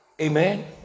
Amen